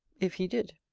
if he did.